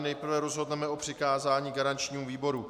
Nejprve rozhodneme o přikázání garančnímu výboru.